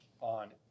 on